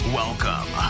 welcome